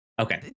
okay